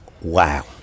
wow